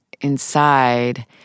inside